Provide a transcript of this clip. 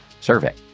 survey